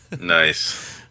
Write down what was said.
Nice